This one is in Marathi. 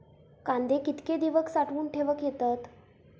कांदे कितके दिवस साठऊन ठेवक येतत?